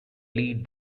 lead